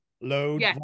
load